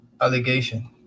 allegation